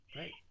Right